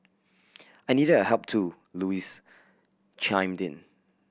I needed your help too Louise chimed in